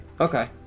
Okay